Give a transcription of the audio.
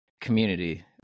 Community